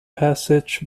passage